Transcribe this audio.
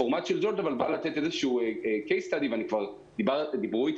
הפורמט של Jolt בא לתתCase Study ודיברו איתי